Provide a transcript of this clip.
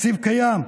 התקציב קיים.